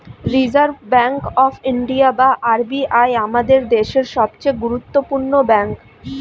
reserve bank of India বা RBI আমাদের দেশের সবচেয়ে গুরুত্বপূর্ণ ব্যাঙ্ক